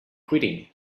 quitting